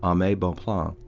um aime bonpland,